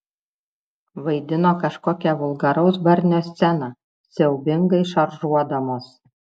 vaidino kažkokią vulgaraus barnio sceną siaubingai šaržuodamos